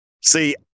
See